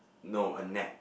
no a net